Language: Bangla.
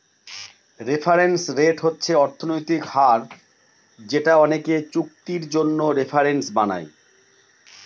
রেফারেন্স রেট হচ্ছে অর্থনৈতিক হার যেটা অনেকে চুক্তির জন্য রেফারেন্স বানায়